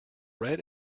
red